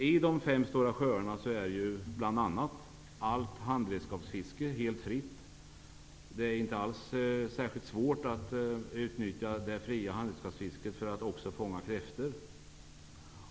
I de fem stora sjöarna är ju bl.a. allt handredskapsfiske helt fritt. Det är inte alls särskilt svårt att utnyttja det fria fisket med handredskap för att också fånga kräftor.